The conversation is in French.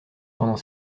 pendant